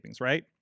right